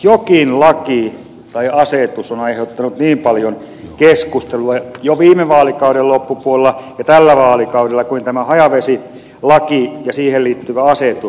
harva laki on aiheuttanut niin paljon keskustelua jo viime vaalikauden loppupuolella ja tällä vaalikaudella kuin tämä hajajätevesilaki ja siihen liittyvä asetus